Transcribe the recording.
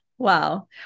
Wow